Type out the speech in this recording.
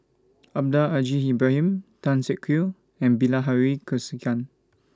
Almahdi Al Haj Ibrahim Tan Siak Kew and Bilahari Kausikan